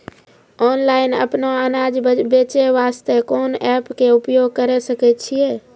Online अपनो अनाज बेचे वास्ते कोंन एप्प के उपयोग करें सकय छियै?